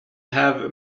have